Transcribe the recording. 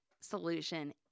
solution